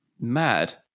Mad